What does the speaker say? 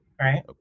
right